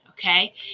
Okay